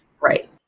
Right